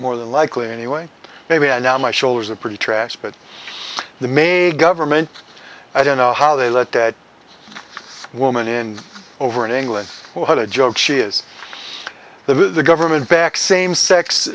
more than likely anyway maybe now my shoulders are pretty trashed but the maid government i don't know how they let that woman in over in england what a joke she is the government backed same sex